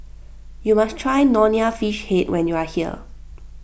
you must try Nonya Fish Head when you are here